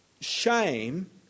shame